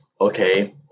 okay